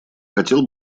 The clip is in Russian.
хотел